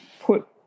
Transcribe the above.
put